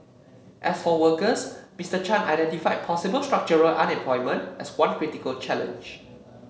as for workers Mister Chan identified possible structural unemployment as one critical challenge